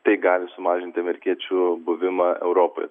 tai gali sumažinti amerikiečių buvimą europoj